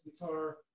guitar